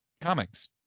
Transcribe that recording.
comics